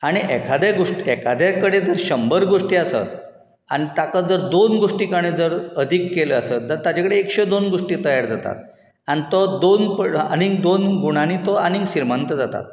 आणी एखादे गोश्ट एखादे कडेन जर शंबर गोश्टी आसात आनी ताका जर दोन गोश्टी ताणें जर अदीक केल्यो आसत जाल्यार ताचे कडेन एकशें दोन गोश्टी तयार जातात आनी तो दोन पड आनी दोन गुणांनी तो आनीक श्रिमंत जाता